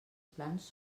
plans